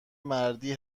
مردی